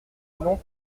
élan